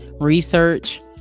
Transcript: research